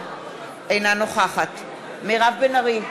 אינה נוכחת מירב בן ארי,